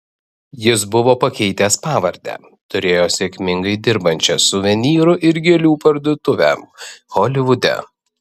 jis buvo pakeitęs pavardę turėjo sėkmingai dirbančią suvenyrų ir gėlių parduotuvę holivude